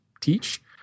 teach